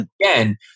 again